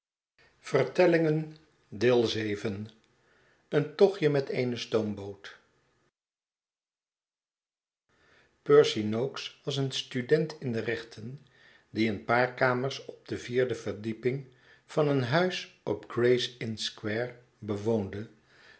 een tochtje met eene stoomboot percy nokes was een student in de rechten die een paar kamers op de vierde verdieping van een huis op